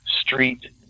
street